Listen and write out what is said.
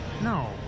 No